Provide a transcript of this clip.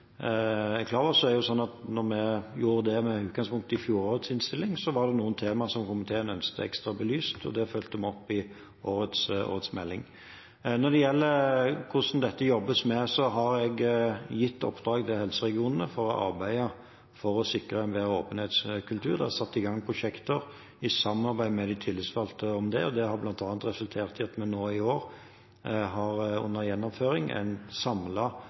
er klar over: Da vi gjorde en vurdering med utgangspunkt i fjorårets innstilling, var det noen temaer som komiteen ønsket å få ekstra belyst, og det fulgte vi opp i årets melding. Når det gjelder hvordan dette jobbes med, har jeg gitt helseregionene i oppdrag å arbeide mer for å sikre en åpenhetskultur. Det er satt i gang prosjekter i samarbeid med de tillitsvalgte om det. Det har bl.a. resultert i at vi i år har under gjennomføring en